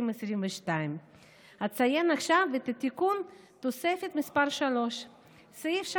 2022. אציין עכשיו את תיקון התוספת מס' 3. סעיף 3,